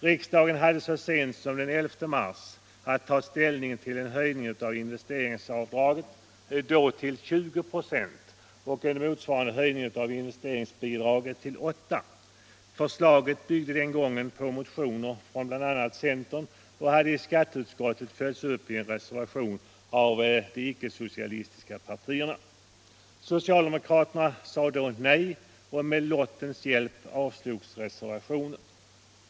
Riksdagen hade så sent som den 11 mars att ta ställning till en höjning av investeringsavdraget, då till 20 96, och motsvarande höjning av investeringsavdraget till 8 96. Förslaget byggde den gången på motioner från bl.a. centern och hade i skatteutskottet följts upp i en reservation av de icke-socialistiska partierna. Socialdemokraterna sade då nej, och med lottens hjälp avslogs reservationen.